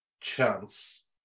chance